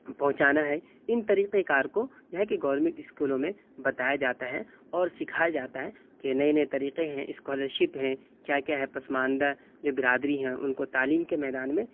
پہنچانا ہے ان طریقۂ کار کو یہاں کے گورمنٹ اسکولوں میں بتایا جاتا ہے اور سکھایا جاتا ہے کہ نئے نئے طریقے ہیں اسکالرشپ ہیں کیا کیا ہے پسماندہ جو برادری ہیں ان کو تعلیم کے میدان میں